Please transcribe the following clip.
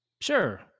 sure